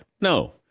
No